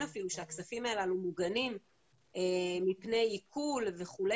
אפילו שהכספים הללו מוגנים מפני עיקול וכו',